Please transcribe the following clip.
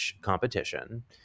competition